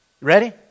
Ready